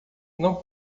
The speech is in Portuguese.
não